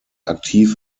aktiv